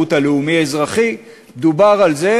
השירות הלאומי-אזרחי, דובר על זה